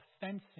Fencing